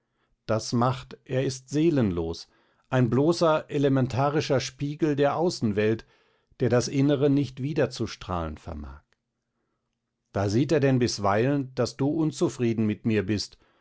das macht er ist seelenlos ein bloßer elementarischer spiegel der außenwelt der das innere nicht wiederzustrahlen vermag da sieht er denn bisweilen daß du unzufrieden mit mir bist